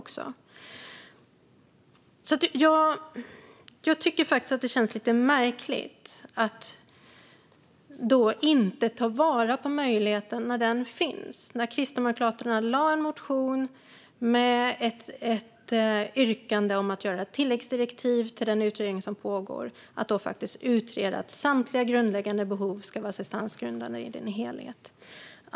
Då tycker jag att det känns lite märkligt att inte ta vara på möjligheten när den finns. Kristdemokraterna har lagt en motion med ett yrkande om ett tilläggsdirektiv till den utredning som pågår att utreda att samtliga grundläggande behov ska vara assistansgrundande i sin helhet.